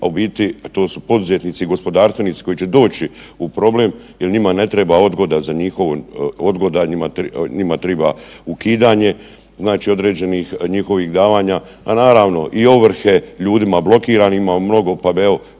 a u biti to su poduzetnici i gospodarstvenici koji će doći u problem jer njima ne treba odgoda za njihovo, odgoda, njima triba ukidanje znači određenih njihovih davanja, pa naravno i ovrhe, ljudima blokiranima ima mnogo, pa bi